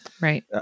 Right